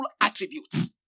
attributes